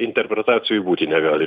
interpretacijų būti negali